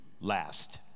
last